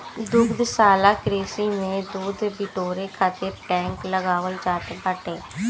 दुग्धशाला कृषि में दूध बिटोरे खातिर टैंक लगावल जात बाटे